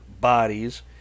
bodies